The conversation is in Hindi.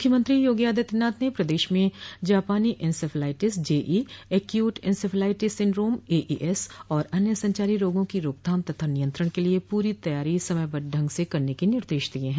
मुख्यमंत्री योगी आदित्यनाथ ने प्रदेश में जापानी encephalitis JE acute encephalitis syndrome AES और अन्य संचारी रोगों की रोकथाम तथा नियंत्रण के लिये पूरी तैयारी समयबद्ध ढंग से करने के निर्देश दिये हैं